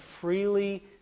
freely